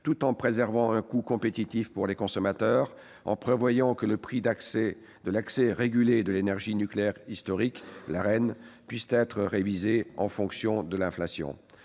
tout en préservant un coût compétitif pour les consommateurs, en prévoyant que le prix de l'accès régulé à l'énergie nucléaire historique, l'Arenh, pourra être révisé en fonction de l'inflation.